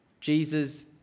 Jesus